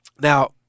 Now